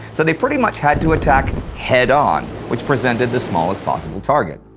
so they pretty much had to attack head on, which presented the smallest possible target.